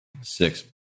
six